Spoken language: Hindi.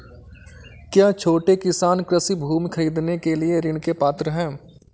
क्या छोटे किसान कृषि भूमि खरीदने के लिए ऋण के पात्र हैं?